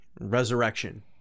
Resurrection